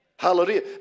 Hallelujah